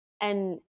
and-